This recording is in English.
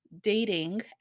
dating